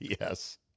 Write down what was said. Yes